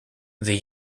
they